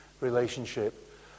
relationship